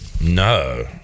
No